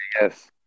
Yes